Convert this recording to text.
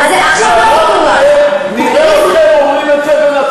ואמרת להם נראה אתכם אומרים את זה בנצרת,